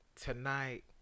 tonight